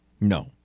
no